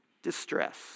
distress